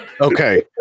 Okay